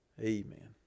Amen